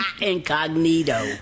incognito